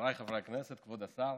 חבריי חברי הכנסת, כבוד השר,